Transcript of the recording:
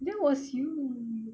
that was you